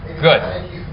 Good